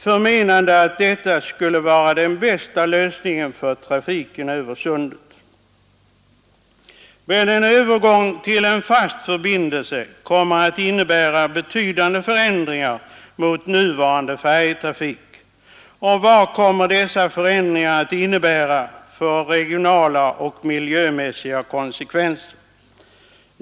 De menar att detta skulle vara den bästa lösningen för trafiken över Sundet. Men övergång till en fast förbindelse kommer att innebära betydande förändringar mot nuvarande färjetrafik. Och vad kommer dessa förändringar att få för regionala och miljömässiga konsekvenser?